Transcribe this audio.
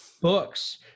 Books